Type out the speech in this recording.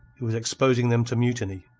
who was exposing them to mutiny.